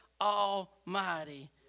Almighty